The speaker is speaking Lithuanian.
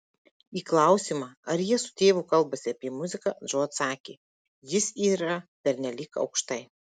į klausimą ar jie su tėvu kalbasi apie muziką džo atsakė jis yra pernelyg aukštai